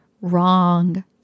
wrong